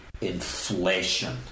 inflation